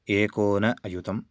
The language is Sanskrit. एकोन अयुतम्